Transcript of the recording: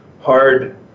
hard